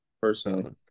personally